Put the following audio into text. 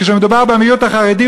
כשמדובר במיעוט החרדי,